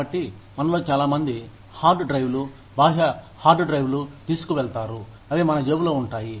కాబట్టి మనలో చాలామంది హార్డ్ డ్రైవ్లు బాహ్య హార్డ్ డ్రైవ్లు తీసుకువెళ్తారు అవి మన జేబులో ఉంటాయి